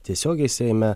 tiesiogiai seime